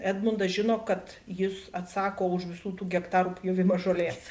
edmundas žino kad jis atsako už visų tų hektarų pjovimą žolės